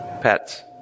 pets